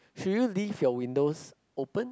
should you leave your windows open